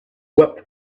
wept